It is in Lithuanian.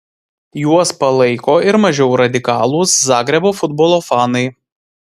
juos palaiko ir mažiau radikalūs zagrebo futbolo fanai